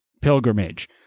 pilgrimage